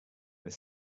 they